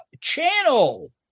channel